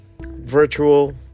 virtual